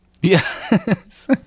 Yes